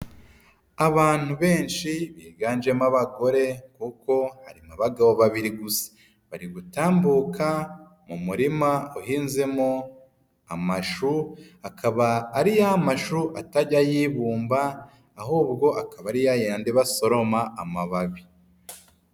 Abantu benshi biganjemo abagore, kuko harimo abagabo babiri gusa. Bari gutambuka mu murima uhinzemo amashu, akaba ari ya mashu atajya yibumba, ahubwo akaba ari ya yandi basoroma amababi.